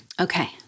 Okay